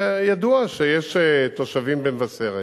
וידוע שיש תושבים במבשרת,